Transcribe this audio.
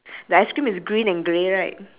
ya same